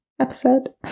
episode